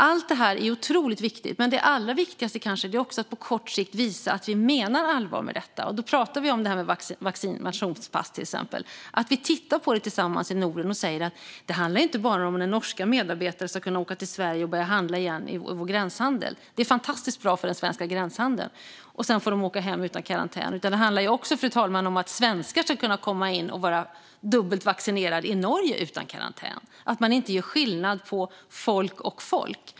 Allt detta är otroligt viktigt, men det allra viktigaste är kanske att på kort sikt visa att vi menar allvar med detta, till exempel vaccinationspass, och att vi ska titta på det tillsammans i Norden och säga att det inte bara handlar om att norska medborgare ska kunna åka till Sverige och börja handla igen i vår gränshandel, att det är fantastiskt bra för den svenska gränshandeln och att de sedan ska få åka hem utan karantän. Det handlar också om att svenskar ska kunna komma in och vara dubbelt vaccinerade i Norge utan karantän och att man inte gör skillnad på folk och folk.